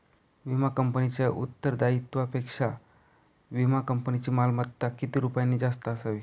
विमा कंपनीच्या उत्तरदायित्वापेक्षा विमा कंपनीची मालमत्ता किती रुपयांनी जास्त असावी?